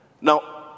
Now